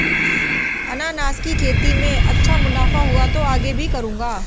अनन्नास की खेती में अच्छा मुनाफा हुआ तो आगे भी करूंगा